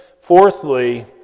fourthly